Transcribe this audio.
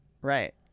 Right